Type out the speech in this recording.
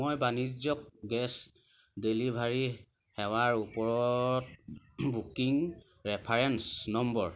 মই বাণিজ্যক gas delivery সেৱাৰ ওপৰত বুকিং ৰেফাৰেঞ্চ নম্বৰ